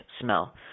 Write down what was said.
smell